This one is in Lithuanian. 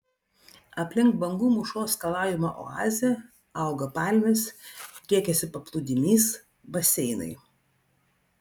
aplink bangų mūšos skalaujamą oazę auga palmės driekiasi paplūdimys baseinai